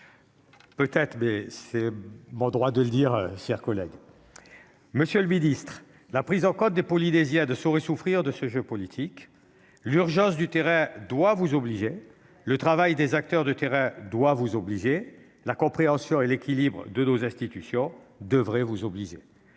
collègue, mais c'est mon droit de le dire ! Monsieur le ministre, la prise en compte des Polynésiens ne saurait souffrir de ce jeu politique. L'urgence du terrain doit vous obliger, le travail des acteurs de terrain doit vous obliger, la compréhension de l'équilibre de nos institutions doit vous obliger.